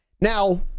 Now